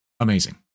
amazing